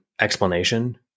explanation